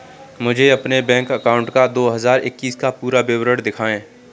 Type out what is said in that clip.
मुझे अपने bank account का दो हज़ार इक्कीस का पूरा विवरण दिखाएँ?